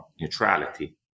neutrality